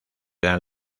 dan